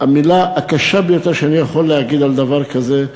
המילה הקשה ביותר שאני יכול להגיד על דבר כזה,